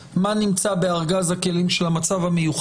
והוא הצורך שלנו לומר מה הנמצא בארגז הכלים של המצב המיוחד,